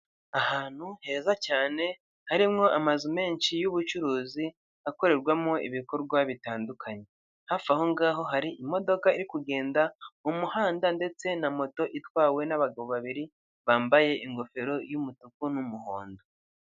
Ahantu heza cyane harimo amazu menshi y'ubucuruzi akorerwamo ibikorwa bitandukanye, hafi aho ngaho hari imodoka iri kugenda mu muhanda ndetse na moto itwawe n'abagabo babiri bambaye ingofero y'umutuku n'umuhondo.